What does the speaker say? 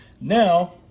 Now